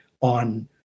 on